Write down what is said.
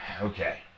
Okay